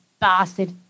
bastard